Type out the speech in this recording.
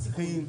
המסוכנים.